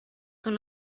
con